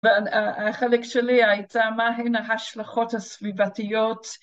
החלק שלי הייתה מה הן ההשלכות הסביבתיות